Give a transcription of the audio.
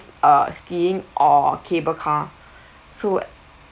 uh skiing or cable car so